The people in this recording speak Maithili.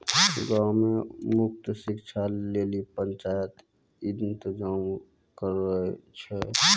गांवो मे मुफ्त शिक्षा लेली पंचायत इंतजाम करै छै